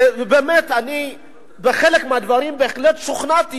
ובאמת אני בחלק מהדברים בהחלט שוכנעתי,